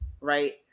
right